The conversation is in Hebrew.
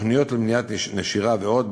תוכניות למניעת נשירה ועוד,